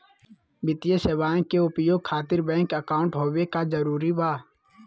वित्तीय सेवाएं के उपयोग खातिर बैंक अकाउंट होबे का जरूरी बा?